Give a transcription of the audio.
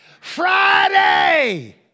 Friday